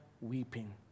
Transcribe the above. weeping